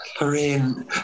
Lorraine